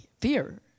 fear